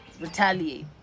retaliate